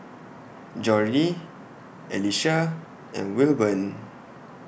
Jordi Alicia and Wilburn